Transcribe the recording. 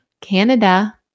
Canada